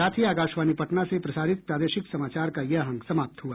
इसके साथ ही आकाशवाणी पटना से प्रसारित प्रादेशिक समाचार का ये अंक समाप्त हुआ